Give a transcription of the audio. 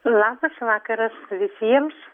labas vakaras visiems